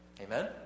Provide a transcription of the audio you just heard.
Amen